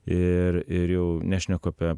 ir ir jau nešneku apie